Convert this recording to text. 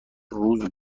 روز